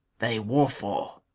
they war for.